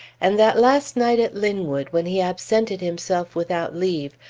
and that last night at linwood, when he absented himself without leave,